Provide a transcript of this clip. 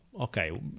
okay